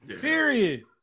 Period